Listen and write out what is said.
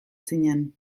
zinen